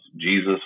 jesus